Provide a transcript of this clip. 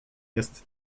jest